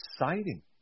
exciting